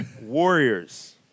Warriors